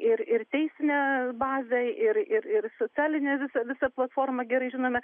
ir ir teisinė bazė ir ir ir socialinė visa visa platforma gerai žinome